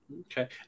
Okay